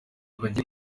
bagiye